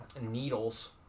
needles